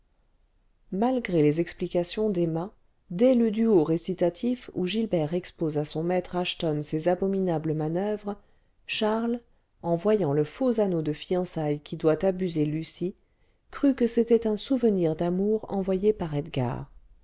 malgré les explications d'emma dès le duo récitatif où gilbert expose à son maître ashton ses abominables manoeuvres charles en voyant le faux anneau de fiançailles qui doit abuser lucie crut que c'était un souvenir d'amour envoyé par edgar